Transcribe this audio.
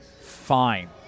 fine